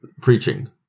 preaching